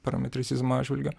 parametricizmo atžvilgiu